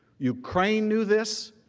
ukraine new this,